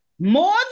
More